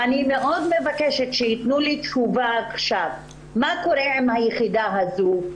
אני מאוד מבקשת שייתנו לי תשובה עכשיו מה קורה עם היחידה הזו,